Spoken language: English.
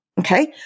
Okay